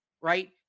right